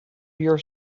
your